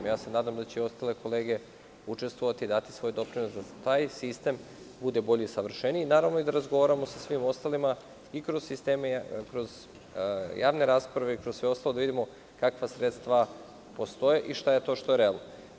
Nadam se da će i ostale kolege učestvovati i dati svoj doprinos da taj sistem bude bolji i savršeniji i da razgovaramo sa svima ostalim i kroz javne rasprave i kroz sve ostalo, da vidimo kakva sredstva postoje i šta je to što je realno.